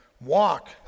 Walk